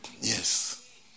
Yes